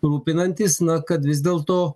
rūpinantis na kad vis dėlto